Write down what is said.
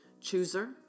chooser